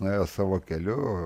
nuėjo savo keliu